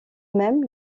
même